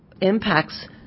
impacts